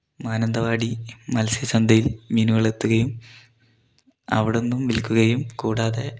മാനന്തവാടി മൽസ്യ ചന്തയിൽ മീനുകൾ എത്തുകയും അവിടുന്നും വിൽക്കുകയും കൂടാതെ